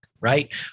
Right